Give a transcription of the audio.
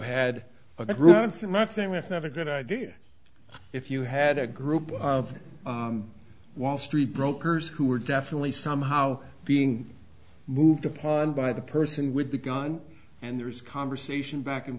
month thing that's not a good idea if you had a group of wall street brokers who were definitely somehow being moved upon by the person with the gun and there was conversation back and